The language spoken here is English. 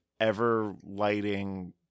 ever-lighting